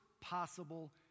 possible